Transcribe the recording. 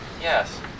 Yes